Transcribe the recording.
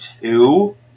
two